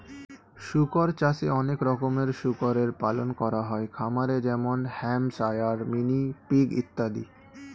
শুকর চাষে অনেক রকমের শুকরের পালন করা হয় খামারে যেমন হ্যাম্পশায়ার, মিনি পিগ ইত্যাদি